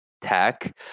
Tech